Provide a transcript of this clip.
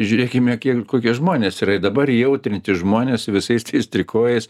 žiūrėkime kiek kokie žmonės yra ir dabar įjautrinti žmonės su visais tais trikojais